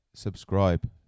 Subscribe